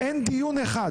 ואין דיון אחד,